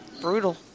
Brutal